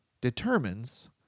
determines